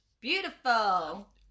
Beautiful